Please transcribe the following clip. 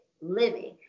living